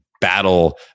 Battle